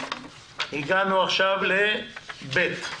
הגענו עכשיו לסעיף קטן (ב).